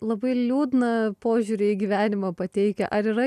labai liūdną požiūrį į gyvenimą pateikia ar yra